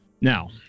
now